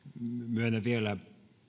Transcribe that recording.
myönnän vielä